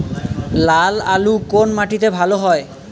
লাল আলু কোন মাটিতে ভালো হয়?